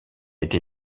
été